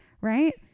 right